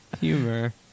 Humor